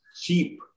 cheap